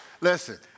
listen